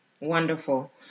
Wonderful